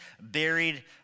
buried